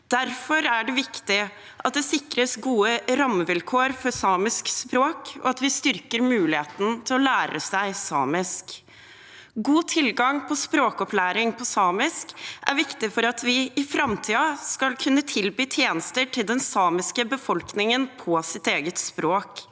Derfor er det viktig at det sikres gode rammevilkår for samisk språk, og at vi styrker muligheten til å lære seg samisk. God tilgang til språkopplæring på samisk er viktig for at vi i framtiden skal kunne tilby tjenester til den samiske befolkningen på deres eget språk.